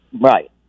Right